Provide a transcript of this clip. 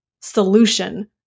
solution